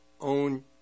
Own